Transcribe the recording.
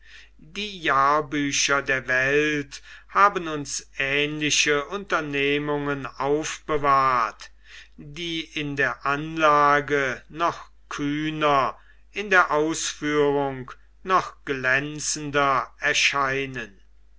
die jahrbücher der welt haben uns ähnliche unternehmungen aufbewahrt die in der anlage noch kühner in der ausführung noch glänzender erscheinen